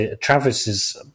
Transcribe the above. Travis's